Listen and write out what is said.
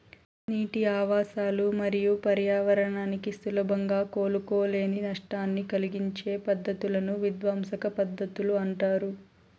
నీటి ఆవాసాలు మరియు పర్యావరణానికి సులభంగా కోలుకోలేని నష్టాన్ని కలిగించే పద్ధతులను విధ్వంసక పద్ధతులు అంటారు